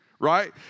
right